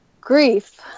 grief